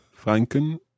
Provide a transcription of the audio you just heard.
Franken